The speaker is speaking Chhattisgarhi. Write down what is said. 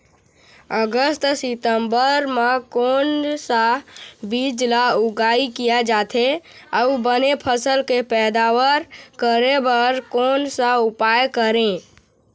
अगस्त सितंबर म कोन सा बीज ला उगाई किया जाथे, अऊ बने फसल के पैदावर करें बर कोन सा उपाय करें?